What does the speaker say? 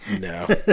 No